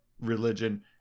religion